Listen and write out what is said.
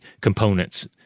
components